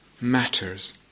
matters